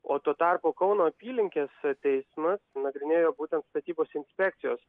o tuo tarpu kauno apylinkės teismas nagrinėjo būtent statybos inspekcijos